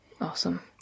Awesome